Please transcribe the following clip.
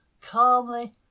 calmly